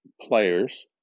players